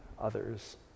others